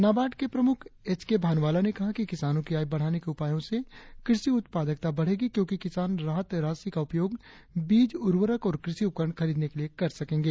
नाबार्ड प्रमुख H K Bhanwala ने कहा कि किसानो की आय बढ़ाने के उपायों से कृषि उत्पादकता बढ़ेगी क्योकि किसान राहत राशि का उपयोग बीज उर्वरक और क्रषि उपकरण खरीदने के लिए कर सकेंगे